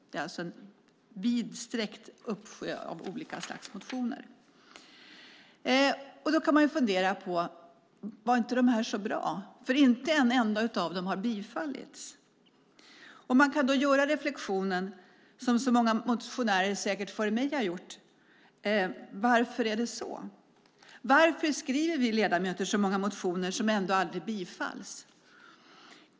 Det är alltså en vidsträckt uppsjö av olika slags motioner. Man kan fundera på om dessa motioner inte var så bra, då inte en enda av dem har bifallits. Man kan även göra reflexionen som säkert många motionärer före mig har gjort, nämligen: Varför är det så? Varför skriver vi ledamöter så många motioner som ändå aldrig bifalls?